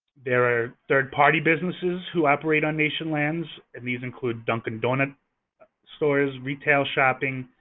there are third-party businesses who operate on nation lands. and these include dunkin donut stores, retail shopping,